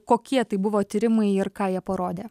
kokie tai buvo tyrimai ir ką jie parodė